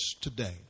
today